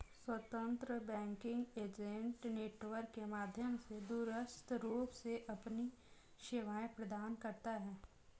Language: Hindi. स्वतंत्र बैंकिंग एजेंट नेटवर्क के माध्यम से दूरस्थ रूप से अपनी सेवाएं प्रदान करता है